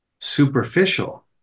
superficial